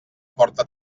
porta